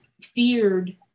feared